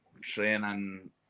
training